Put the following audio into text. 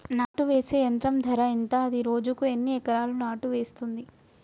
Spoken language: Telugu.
నాటు వేసే యంత్రం ధర ఎంత? అది రోజుకు ఎన్ని ఎకరాలు నాటు వేస్తుంది?